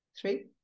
three